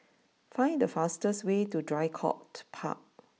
find the fastest way to Draycott Park